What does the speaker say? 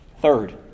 Third